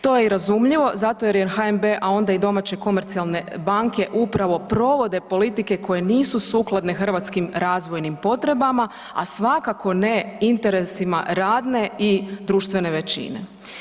To je i razumljivo zato jer HNB, a onda i domaće komercionalne banke upravo provode politike koje nisu sukladne hrvatskim razvojnim potrebama, a svakako ne interesima radne i društvene većine.